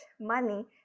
money